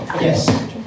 Yes